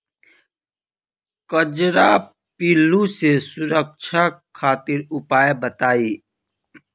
कजरा पिल्लू से सुरक्षा खातिर उपाय बताई?